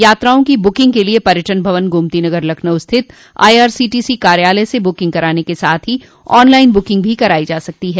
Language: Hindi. यात्राओं की बुकिंग के लिये पर्यटन भवन गोमती नगर लखनऊ स्थित आईआरसीटीसी कार्यालय से ब्रकिंग कराने के साथ ही ऑन लाइन ब्रुकिंग भी कराई जा सकती है